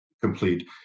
complete